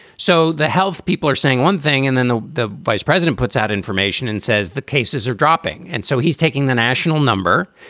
so the health people are saying one thing and then the the vice president puts out information and says the cases are dropping. and so he's taking the national number.